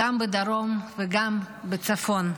גם בדרום וגם בצפון.